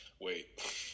Wait